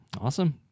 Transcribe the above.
Awesome